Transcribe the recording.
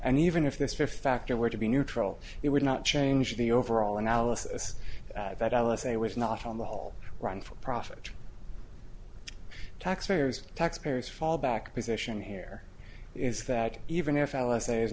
and even if this fifth factor were to be neutral it would not change the overall analysis that i say was not on the whole run for profit taxpayers taxpayers fallback position here is that even if analysts say is